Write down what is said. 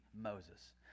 Moses